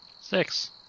Six